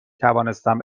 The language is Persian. توانستم